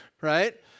right